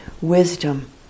wisdom